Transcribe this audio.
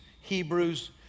Hebrews